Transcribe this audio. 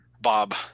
Bob